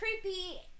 creepy